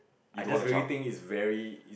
I just really think it's very